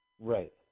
Right